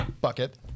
Bucket